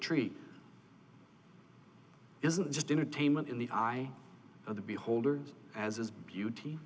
t isn't just entertainment in the eye of the beholder as is beauty